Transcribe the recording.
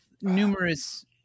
numerous